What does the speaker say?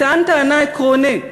הוא טען טענה עקרונית: